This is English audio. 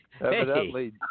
Evidently